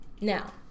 now